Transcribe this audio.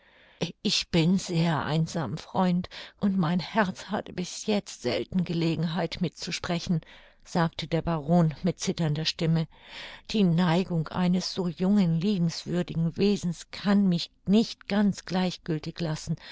ich bin sehr einsam freund und mein herz hatte bis jetzt selten gelegenheit mitzusprechen sagte der baron mit zitternder stimme die neigung eines so jungen liebenswürdigen wesens kann mich nicht ganz gleichgültig lassen